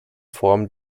form